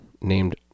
named